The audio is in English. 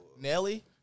Nelly